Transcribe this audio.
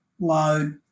load